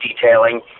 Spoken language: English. detailing